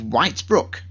Whitebrook